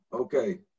Okay